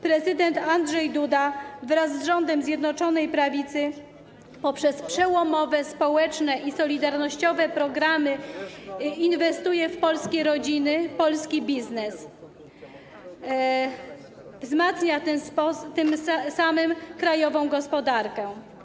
Prezydent Andrzej Duda wraz z rządem Zjednoczonej Prawicy poprzez przełomowe społeczne i solidarnościowe programy inwestuje w polskie rodziny i w polski biznes, wzmacnia tym samym krajową gospodarkę.